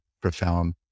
profound